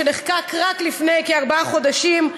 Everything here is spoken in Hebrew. שנחקק רק לפני כארבעה חודשים,